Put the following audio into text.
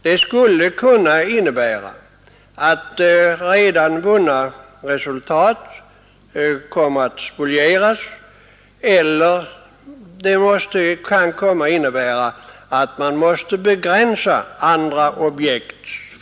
Det skulle kunna innebära att redan vunna resultat spolierades, eller att man måste begränsa fullföljandet av andra forskningsobjekt.